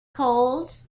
colds